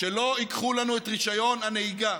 שלא ייקחו לנו את רישיון הנהיגה.